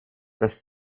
das